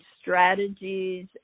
strategies